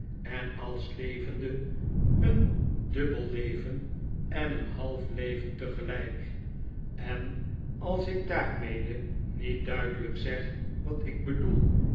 en als levende een dubbel leven en een half leven tegelyk en als ik daarmede niet duidelyk zeg wat ik bedoel